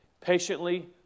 patiently